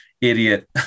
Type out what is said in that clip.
idiot